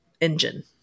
engine